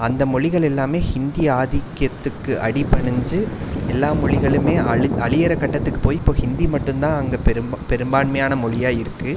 அந்த மொழிகள் எல்லாமே ஹிந்தி ஆதிக்கத்துக்கு அடி பணிஞ்சு எல்லா மொழிகளுமே அழி அழியுற கட்டத்துக்கு போய் இப்போது ஹிந்தி மட்டும்தான் அங்கே பெரும் பெரும்பான்மையான மொழியாருக்குது